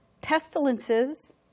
pestilences